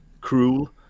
cruel